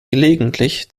gelegentlich